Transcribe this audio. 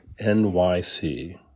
NYC